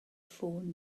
ffôn